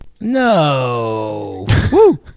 no